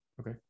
Okay